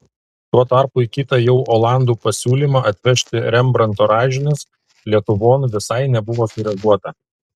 tuo tarpu į kitą jau olandų pasiūlymą atvežti rembrandto raižinius lietuvon visai nebuvo sureaguota